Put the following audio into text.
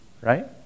right